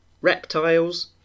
reptiles